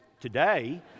today